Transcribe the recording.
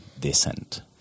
descent